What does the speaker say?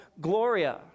gloria